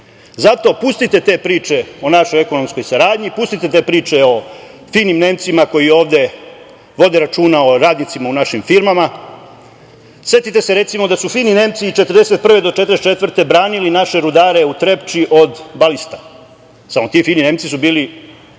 Zato, pustite te priče o našoj ekonomskoj saradnji, pustite te priče o finim Nemcima koji ovde vode računa o radnicima u našim firmama. Setite se, recimo, da su fini Nemci 1941. do 1944. godine branili naše rudare u Trepči od balista. Samo, ti fini Nemci su bili vojnici